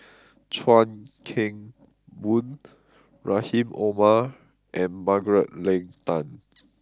Chuan Keng Boon Rahim Omar and Margaret Leng Tan